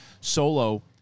solo